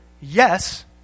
yes